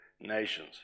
nations